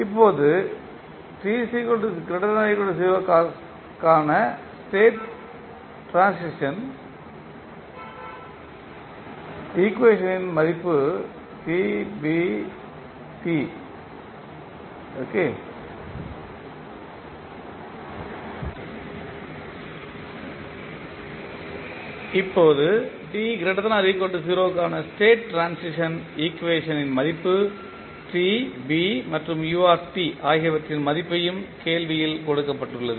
இப்போது t≥0 க்கான state transition ஈக்குவேஷன்ட்டின் மதிப்பு t B மற்றும் u ஆகியவற்றின் மதிப்பையும் கேள்வியில் கொடுக்கப்பட்டுள்ளது